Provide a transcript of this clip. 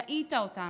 ראית אותם,